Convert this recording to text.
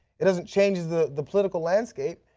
it doesn't change the the political landscape.